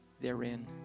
Therein